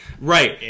Right